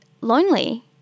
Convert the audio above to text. lonely